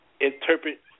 interpret